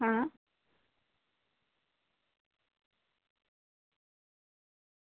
હા